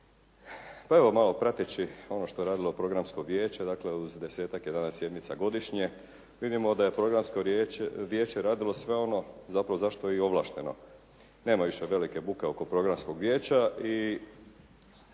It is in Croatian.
pa evo malo prateći ono što je radilo Programsko vijeće dakle uz 10-tak, 11 sjednica godišnje vidimo da je Programsko vijeće radilo sve ono zapravo za što je i ovlašteno. Nema više velike buke oko Programskog vijeća i